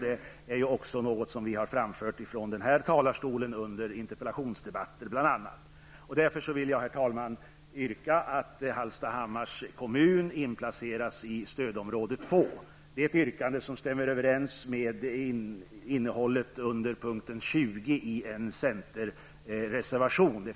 Det är något som vi har framfört från den här talarstolen bl.a. under interpellationsdebatter. Därför vill jag, herr talman, yrka att Hallstahammars kommun inplaceras i stödområde 2. Det är ett yrkande som stämmer överens med innehållet under punkten 20 i en centerreservation.